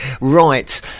Right